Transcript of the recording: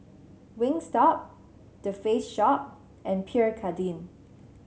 Wingstop The Face Shop and Pierre Cardin